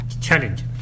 challenge